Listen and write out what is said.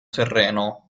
terreno